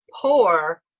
poor